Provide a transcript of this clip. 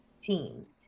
teams